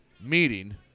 meeting